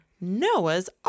Noah's